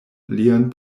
lian